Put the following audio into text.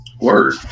Word